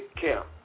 camp